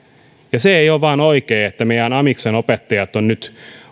se ei vain ole oikein että meidän amiksen opettajat ovat nyt